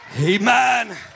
Amen